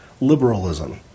liberalism